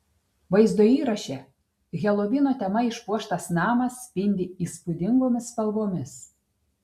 vaizdo įraše helovino tema išpuoštas namas spindi įspūdingomis spalvomis